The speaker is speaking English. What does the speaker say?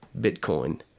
Bitcoin